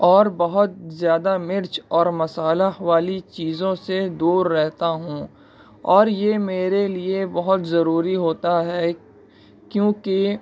اور بہت زیادہ مرچ اور مصالحہ والی چیزوں سے دور رہتا ہوں اور یہ میرے لیے بہت ضروری ہوتا ہے کیونکہ